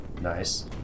Nice